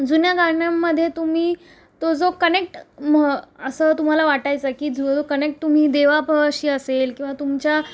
जुन्या गाण्यामध्ये तुम्ही तो जो कनेक्ट म्ह असं तुम्हाला वाटायचं की जो कनेक्ट तुम्ही देवापावाशी असेल किंवा तुमच्या